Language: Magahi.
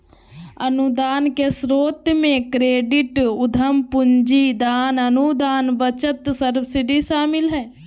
अनुदान के स्रोत मे क्रेडिट, उधम पूंजी, दान, अनुदान, बचत, सब्सिडी शामिल हय